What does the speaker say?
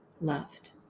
loved